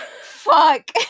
Fuck